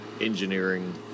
engineering